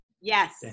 Yes